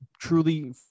truly